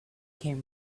came